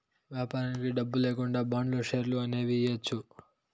వ్యాపారానికి డబ్బు లేకుండా బాండ్లు, షేర్లు అనేవి ఇయ్యచ్చు